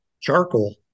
charcoal